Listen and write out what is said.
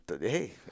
Hey